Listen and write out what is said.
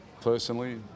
personally